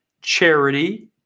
charity